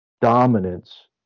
dominance